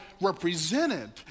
represented